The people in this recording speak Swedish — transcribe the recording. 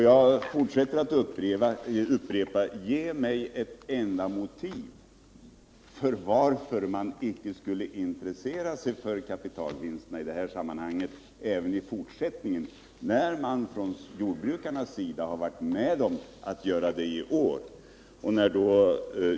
Jag fortsätter att upprepa: Ge mig ett enda motiv för att man icke skulle intressera sig för kapitalvinsterna i det här sammanhanget även i fortsättningen, när jordbrukarna har varit med om att göra det i år!